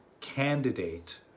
candidate